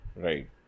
right